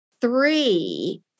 three